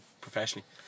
professionally